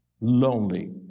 Lonely